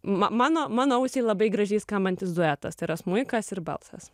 mano mano ausiai labai gražiai skambantis duetas tai yra smuikas ir balsas